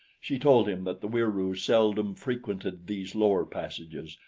she told him that the wieroos seldom frequented these lower passages,